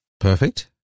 Perfect